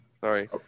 Sorry